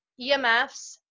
EMFs